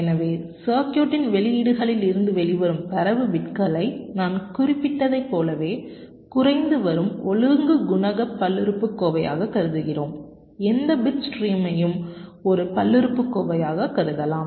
எனவே சர்க்யூடின் வெளியீடுகளிலிருந்து வெளிவரும் தரவு பிட்களை நான் குறிப்பிட்டதைப் போலவே குறைந்துவரும் ஒழுங்கு குணகப் பல்லுறுப்புக்கோவையாகக் கருதுகிறோம் எந்த பிட் ஸ்ட்ரீமையும் ஒரு பல்லுறுப்புக்கோவையாகக் கருதலாம்